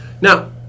Now